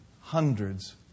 hundreds